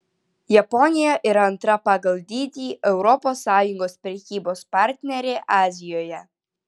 japonija yra antra pagal dydį europos sąjungos prekybos partnerė azijoje